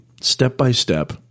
step-by-step